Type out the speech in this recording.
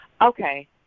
Okay